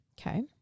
Okay